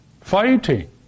fighting